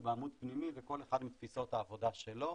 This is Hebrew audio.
בעמוד פנימי וכל אחד עם תפיסות העבודה שלו.